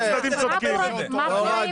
חברים,